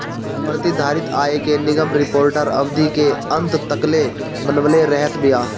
प्रतिधारित आय के निगम रिपोर्ट अवधि के अंत तकले बनवले रहत बिया